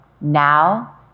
Now